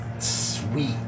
sweet